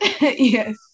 Yes